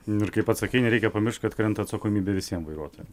nu ir kaip pats sakei nereikia pamiršt kad krenta atsakomybė visiem vairuotojam